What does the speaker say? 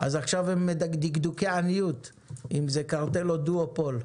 אז עכשיו זה דקדוקי עניות אם זה קרטל או דואופול.